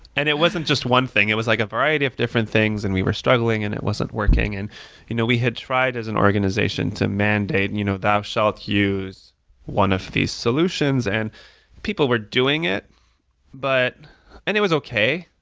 it wasn't just one thing. it was like a variety of different things and we were struggling and it wasn't working, and you know we had tried as an organization to mandate you know thou shalt use one of these solutions, and people were doing it but and it was okay,